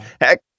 heck